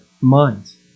minds